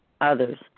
others